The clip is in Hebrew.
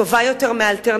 טובה יותר מהאלטרנטיבה.